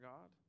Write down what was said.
God